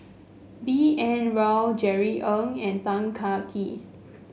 B N Rao Jerry Ng and Tan Kah Kee